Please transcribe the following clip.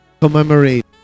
commemorate